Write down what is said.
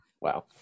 Wow